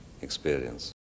experience